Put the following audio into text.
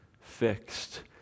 fixed